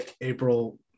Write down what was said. April